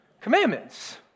Commandments